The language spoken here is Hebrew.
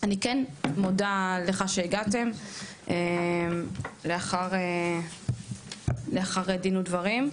אני כן מודה לך שהגעתם לאחרי דין ודברים,